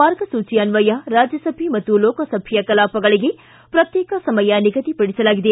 ಮಾರ್ಗಸೂಚಿ ಅನ್ವಯ ರಾಜ್ಯಸಭೆ ಹಾಗೂ ಲೋಕಸಭೆಯ ಕಲಾಪಗಳಿಗೆ ಪ್ರತ್ಯೇಕ ಸಮಯ ನಿಗದಿಪಡಿಸಲಾಗಿದೆ